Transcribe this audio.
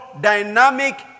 dynamic